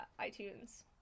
iTunes